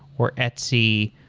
or etsy,